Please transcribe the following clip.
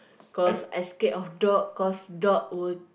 cause escape of dog cause dog would